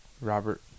Robert